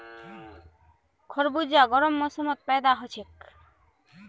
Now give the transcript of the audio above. खरबूजा गर्म मौसमत पैदा हछेक